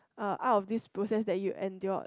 uh out of this process that you endured